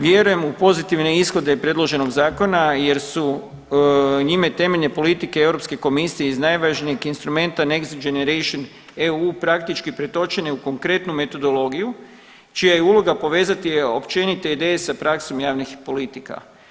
Vjerujem u pozitivne ishode predloženog zakona jer su njime temeljne politike Europske komisije iz najvažnijeg instrumenta … [[Govornik se ne razumije]] EU praktički pretočene u konkretnu metodologiju čija je uloga povezati općenite ideje sa praksom javnih politika.